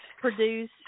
produce